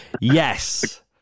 Yes